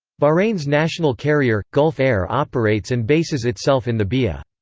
bahrain's national carrier, gulf air operates and bases itself in the bia.